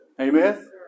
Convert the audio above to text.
Amen